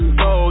go